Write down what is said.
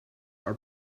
are